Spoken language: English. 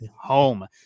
home